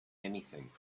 anything